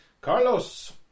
Carlos